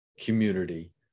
community